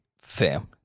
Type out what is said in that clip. Fam